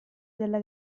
della